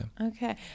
Okay